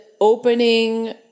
opening